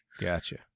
Gotcha